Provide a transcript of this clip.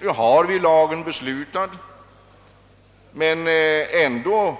Nu är lagen beslutad, men trots